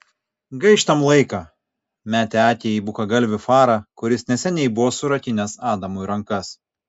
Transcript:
gaištam laiką metė akį į bukagalvį farą kuris neseniai buvo surakinęs adamui rankas